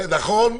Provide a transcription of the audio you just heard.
נכון.